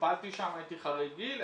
טופלתי שם, הייתי חריג גיל.